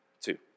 Two